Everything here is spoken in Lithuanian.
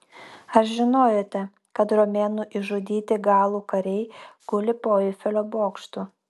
ar žinojote kad romėnų išžudyti galų kariai guli po eifelio bokštu